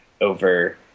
over